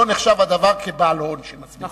לא נחשב הדבר כבעל הון שמזמין.